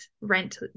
rent